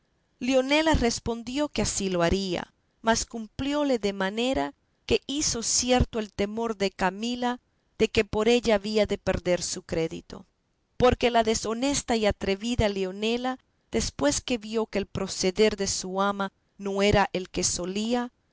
leonela respondió que así lo haría mas cumpliólo de manera que hizo cierto el temor de camila de que por ella había de perder su crédito porque la deshonesta y atrevida leonela después que vio que el proceder de su ama no era el que solía